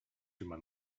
through